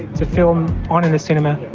it's a film on in a cinema,